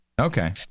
Okay